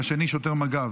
והשני שוטר מג"ב.